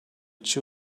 two